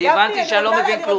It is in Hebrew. אני הבנתי שאני לא מבין כלום.